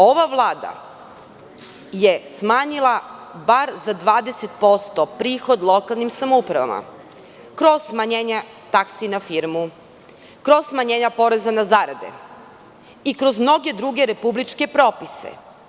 Ova vlada je smanjila bar za 20% prihod lokalnim samoupravama kroz smanjenja taksi na firmu, kroz smanjenja poreza na zarade i kroz mnoge druge republičke propise.